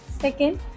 second